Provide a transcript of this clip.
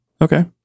Okay